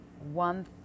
one